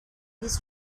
his